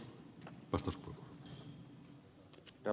herra puhemies